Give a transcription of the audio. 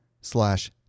slash